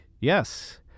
Yes